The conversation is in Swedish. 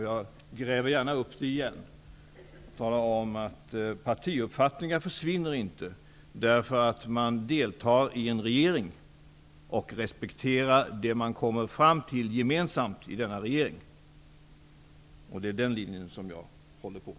Jag gräver gärna upp det igen och talar om att partiuppfattningar inte försvinner när man deltar i en regering och respekterar det man kommer fram till gemensamt i denna regering. Det är den linjen jag vill driva.